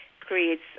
creates